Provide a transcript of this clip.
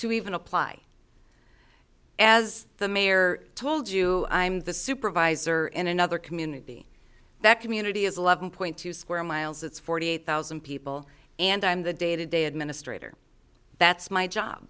to even apply as the mayor told you i'm the supervisor in another community that community is eleven point two square miles it's forty eight thousand people and i'm the day to day administrator that's my job